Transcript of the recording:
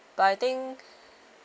but I think